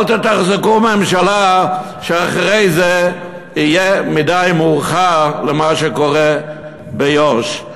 אל תתחזקו ממשלה כי אחרי זה יהיה מאוחר מדי ביחס למה שקורה ביו"ש,